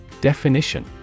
Definition